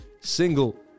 single